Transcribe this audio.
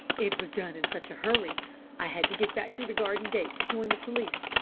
it was done in such a hurry i had to get back through the garden gate to join the police.